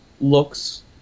looks